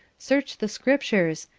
search the scriptures.